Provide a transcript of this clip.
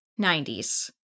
90s